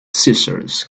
scissors